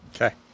Okay